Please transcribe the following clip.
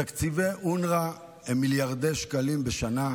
תקציבי אונר"א הם מיליארדי שקלים בשנה,